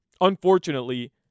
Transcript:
unfortunately